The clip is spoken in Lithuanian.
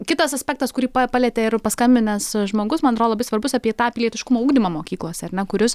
kitas aspektas kurį pa palietė ir paskambinęs žmogus man atrodo labai svarbus apie tą pilietiškumo ugdymą mokyklose ar ne kuris